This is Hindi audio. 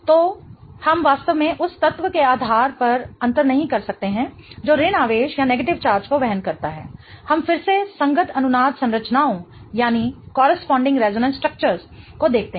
तो हम वास्तव में उस तत्व के आधार पर अंतर नहीं कर सकते हैं जो ऋण आवेश को वहन करता है हम फिरसे संगत अनुनाद संरचनाओं को देखते हैं